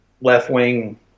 left-wing